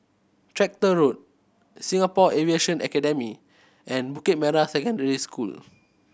Tractor Road Singapore Aviation Academy and Bukit Merah Secondary School